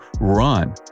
run